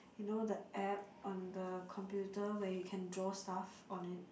you know the app on the computer where you can draw stuff on it